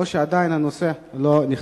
או שהנושא עדיין לא נחתם?